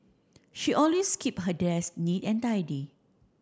she always keep her desk neat and tidy